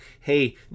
hey